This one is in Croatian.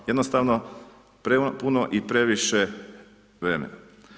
Jednostavno, puno i previše vremena.